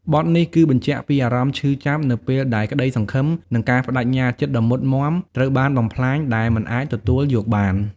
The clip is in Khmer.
បទនេះគឺបញ្ជាក់ពីអារម្មណ៍ឈឺចាប់នៅពេលដែលក្តីសង្ឃឹម និងការប្តេជ្ញាចិត្តដ៏មុតមាំត្រូវបានបំផ្លាញ ដែលមិនអាចទទួលយកបាន។